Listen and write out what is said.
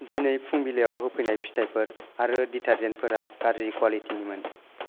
दिनै फुंबिलियाव होफैनाय फिथाइफोर आरो दिटारजेन्टफोरा गाज्रि क्वालिटिनिमोन